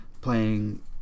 playing